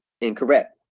incorrect